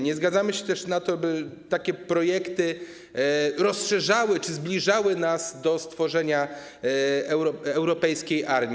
Nie zgadzamy się też na to, by takie projekty rozszerzały czy zbliżały nas do stworzenia europejskiej armii.